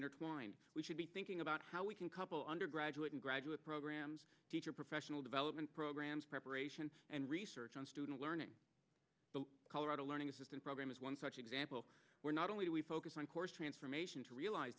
intertwined we should be thinking about how we can couple undergraduate and graduate programs teacher professional development programs preparation and research on student learning the colorado learning assistance program is one such example where not only do we focus on course transformation to realize